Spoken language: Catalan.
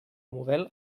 model